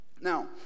now